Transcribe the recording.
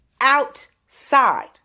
Outside